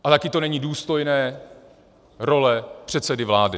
A také to není důstojné role předsedy vlády.